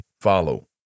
follow